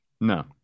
No